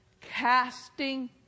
Casting